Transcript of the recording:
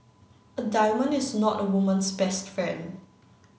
a diamond is not a woman's best friend